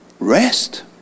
Rest